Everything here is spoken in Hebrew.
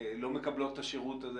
לא מקבלות את השירות הזה.